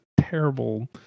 terrible